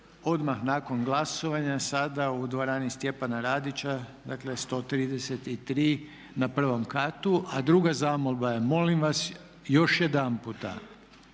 odmah nakon glasovanja sada u dvorani "Stjepana Radića", dakle 133 na 1. katu. A druga zamolba je, molim vas, još jedanputa